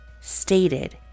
stated